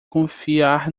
confiar